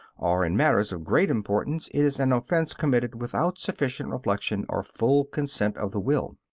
or in matters of great importance it is an offense committed without sufficient reflection or full consent of the will.